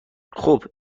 خوب